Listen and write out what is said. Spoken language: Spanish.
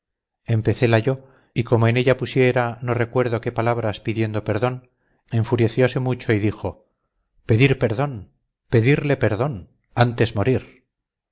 carta empecela yo y como en ella pusiera no recuerdo qué palabras pidiendo perdón enfureciose mucho y dijo pedir perdón pedirle perdón antes morir